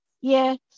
Yes